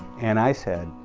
and i said